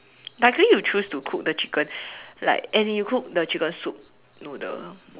luckily you choose to cook the chicken like and you cooked the chicken soup noodle